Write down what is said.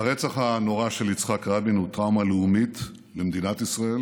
הרצח הנורא של יצחק רבין הוא טראומה לאומית למדינת ישראל